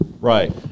Right